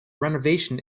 renovation